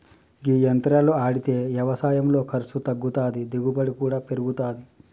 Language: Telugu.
గీ యంత్రాలు ఆడితే యవసాయంలో ఖర్సు తగ్గుతాది, దిగుబడి కూడా పెరుగుతాది